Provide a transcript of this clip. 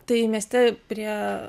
tai mieste prie